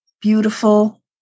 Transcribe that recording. beautiful